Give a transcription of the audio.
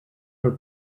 her